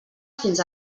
fins